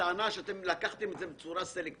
הטענה היא שאתם לקחתם את זה בצורה סלקטיבית.